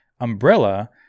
Umbrella